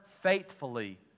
faithfully